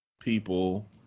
people